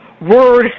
word